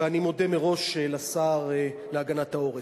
ואני מודה מראש לשר להגנת העורף.